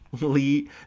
Lee